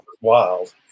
wild